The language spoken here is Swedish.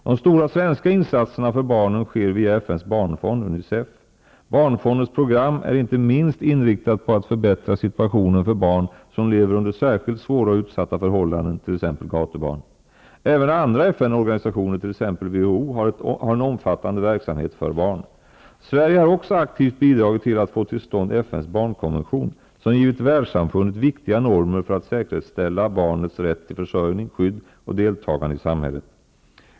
De stora svenska insatserna för barnen sker via FN:s barnfond -- UNICEF. Barnfondens program är inte minst inriktat på att förbättra situationen för barn som lever under särskilt svåra och utsatta förhållanden t.ex. gatubarn. Även andra FN-organisationer, t.ex. WHO, har en omfattande verksamhet för barn. Sverige har också aktivt bidragit till att få till stånd FN:s barnkonvention, som givit världssamfundet viktiga normer för att säkerställa barnets rätt till försörjning, skydd och deltagande i samhället.